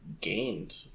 gained